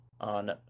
on